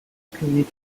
community